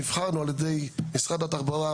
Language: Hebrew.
נבחרנו על ידי משרד התחבורה,